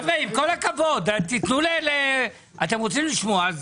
חבר'ה, עם כל הכבוד, אתם רוצים לשמוע?